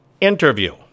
interview